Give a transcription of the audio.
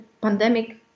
pandemic